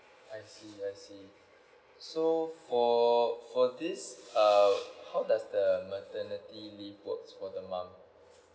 I see I see so for for this uh how does the maternity leave works for the mom